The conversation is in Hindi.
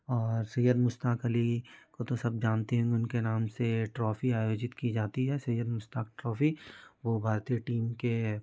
और सैय्यद मुश्ताक़ अली वह तो सब जानते हैं उनके नाम से ट्रोफी आयोजित की जाती है सैय्यद मुश्ताक़ ट्रोफी वह भारतीय टीम के